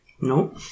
No